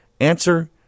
Answer